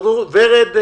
ורד וייץ,